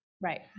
Right